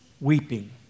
weeping